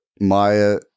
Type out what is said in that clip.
Maya